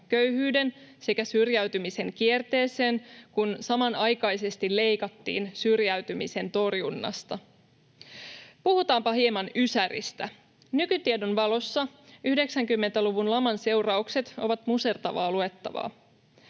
köyhyyden sekä syrjäytymisen kierteeseen, kun samanaikaisesti leikattiin syrjäytymisen torjunnasta. Puhutaanpa hieman ysäristä. Nykytiedon valossa 90-luvun laman seuraukset ovat musertavaa luettavaa.